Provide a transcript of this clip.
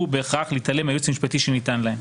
בהכרח להתעלם מהייעוץ המשפטי שניתן להם.